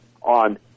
on